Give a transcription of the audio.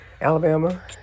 Alabama